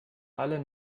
alle